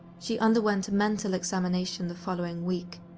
she underwent a mental examination the following week,